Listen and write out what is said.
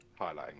highlighting